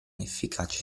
efficace